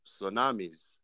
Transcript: tsunamis